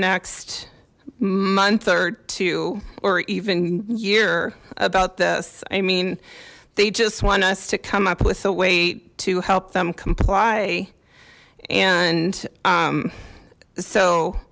next month or two or even year about this i mean they just want us to come up with a way to help them comply and